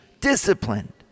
disciplined